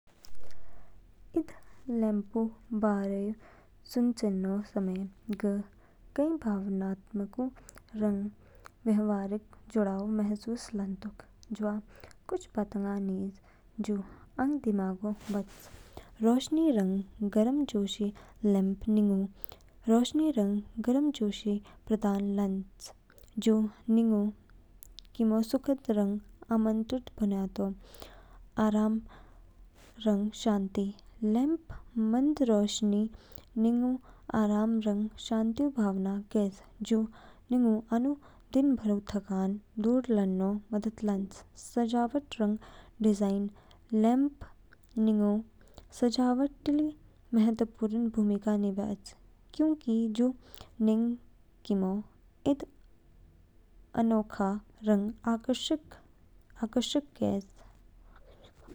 इद लैम्पऊ बारे सुचेनो समय, ग कई भावनात्मकऊ रंग व्यावहारिक जुड़ाव महसूस लानतोक। जवा कुछ बातंगा निज, जो आंग दिमागऊ बच। रोशनी रंग गर्मजोशी लैम्प निगू रोशनी रंग गर्मजोशी प्रदान लान्च, जू निंग किमो सुखद रंग आमंत्रित बन्यातो। आराम रंग शांति लैम्पऊ मंद रोशनी निग आराम रंग शांतिऊ भावना कैज, जू निंगू आनु दिनभरऊ थकानऊ दूर लानो मदद लान्च। सजावट रंग डिज़ाइन लैम्प निग किमऊ सजावट ली महत्वपूर्ण भूमिका निभयाच, क्योंकि जू निग किमो इद अनोखा रंग आकर्षक कैज।